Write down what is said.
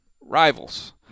Rivals